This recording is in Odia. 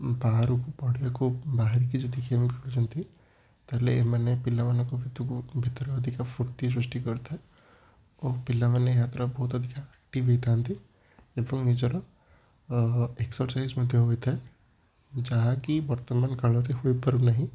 ବାହାରକୁ ପଢ଼ିବାକୁ ବାହାରିକି ଯଦି ଗେମ୍ ଖେଳୁଛନ୍ତି ତାହେଲେ ଏମାନେ ପିଲାମାନଙ୍କ ଭିତରେ ଅଧିକା ଫୂର୍ତ୍ତି ସୃଷ୍ଟି କରିଥାଏ ଓ ପିଲାମାନେ ଏହାଦ୍ୱାରା ବହୁତ ଅଧିକ ଆକ୍ଟିଭ ହୋଇଥାନ୍ତି ଏବଂ ନିଜର ଏକ୍ସରସାଇଜ୍ ମଧ୍ୟ ହୋଇଥାଏ ଯାହାକି ବର୍ତ୍ତମାନ କାଳରେ ହୋଇପାରୁନାହିଁ